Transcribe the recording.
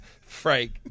Frank